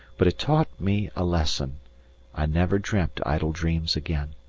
but it taught me a lesson i never dreamt idle dreams again.